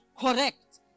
correct